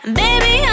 baby